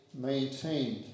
maintained